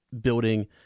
building